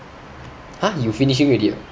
!huh! you finishing already ah